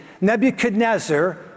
Nebuchadnezzar